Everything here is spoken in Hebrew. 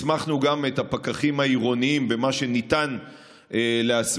הסמכנו גם את הפקחים העירוניים במה שאפשר להסמיך,